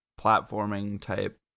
platforming-type